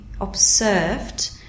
observed